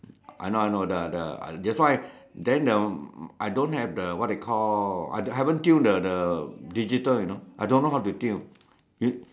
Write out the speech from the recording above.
I know I know the the that's why then the I don't have the what they call I haven't tune the the digital you know I don't know how to tune